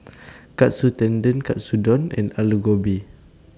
Katsu Tendon Katsudon and Alu Gobi